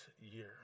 year